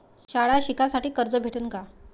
शाळा शिकासाठी कर्ज भेटन का?